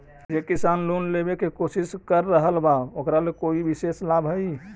जे किसान लोन लेवे के कोशिश कर रहल बा ओकरा ला कोई विशेष लाभ हई?